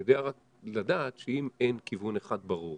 אני יודע רק לדעת שאם אין כיוון אחד ברור